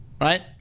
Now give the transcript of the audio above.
right